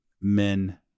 Men